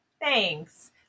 Thanks